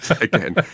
Again